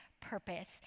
purpose